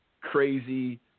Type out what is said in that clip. crazy